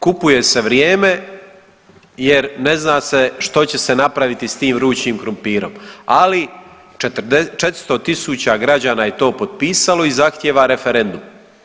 Kupuje se vrijeme jer ne zna se što će se napraviti s tim vrućim krumpirom, ali 400.000 građana je to potpisalo i zahtjeva referendum.